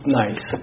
nice